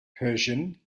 persian